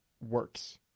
works